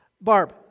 Barb